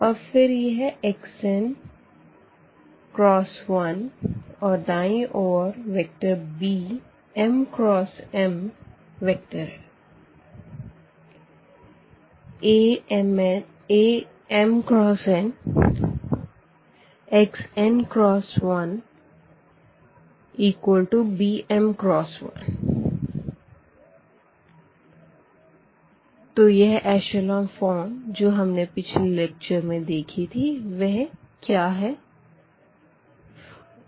और फिर यह xn×1और दायीं ओर वेक्टर bm×1 Am×nxn×1bm×1 तो यह एशलों फ़ॉर्म जो हमने पिछले लेक्चर में देखी थी वह क्या है